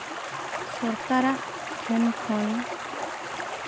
ᱥᱚᱨᱠᱟᱨᱟᱜ ᱴᱷᱮᱱ ᱠᱷᱚᱱ